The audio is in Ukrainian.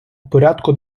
порядку